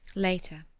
later.